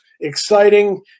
exciting